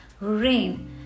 RAIN